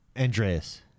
Andreas